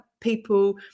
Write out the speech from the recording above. people